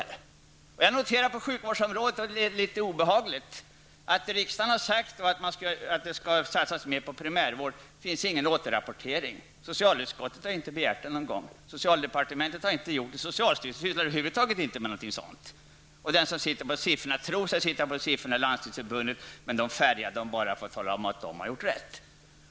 Det är litet obehagligt att i fråga om sjukvårdsområdet behöva notera att riksdagen har sagt att det skall satsas mer på primärvård men att det inte finns någon återrapportering. Socialutskottet har inte begärt en sådan någon gång, socialdepartementet har inte heller gjort det, och socialstyrelsen sysslar över huvud taget inte med sådant. Inom Landstingsförbundet, där man tror sig sitta på siffrorna, anser man sig nöjd bara man får tala om att man har gjort rätt.